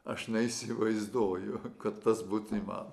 aš neįsivaizduoju kad tas būt įmanoma